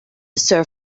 sir